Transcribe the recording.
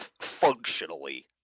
Functionally